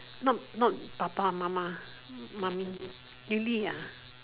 not not 爸爸:baba mama Mommy really ah